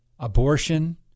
Abortion